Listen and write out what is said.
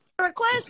request